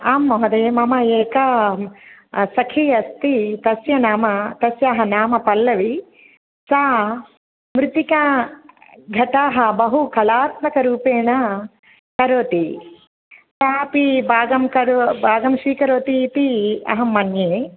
आं महोदये मम एका सखी अस्ति तस्याः नाम तस्याः नाम पल्लवी सा मृत्तिकाघटाः बहुकलात्मकरूपेण करोति सापि भागं भागं स्वीकरोति इति अहं मन्ये